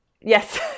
yes